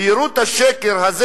ויראו את השקר הזה,